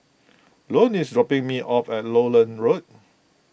Ione is dropping me off at Lowland Road